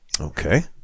Okay